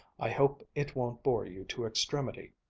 i hope it won't bore you to extremity.